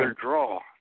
draw